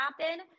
happen